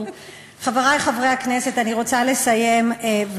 מה רע בסמוטריץ, תגידי?